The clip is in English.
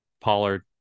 Pollard